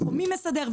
מי מסדר,